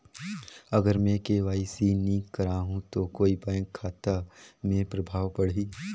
अगर मे के.वाई.सी नी कराहू तो कुछ बैंक खाता मे प्रभाव पढ़ी?